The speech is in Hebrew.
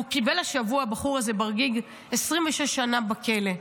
הוא קיבל השבוע, הבחור הזה, ברגיג, 26 שנה בכלא.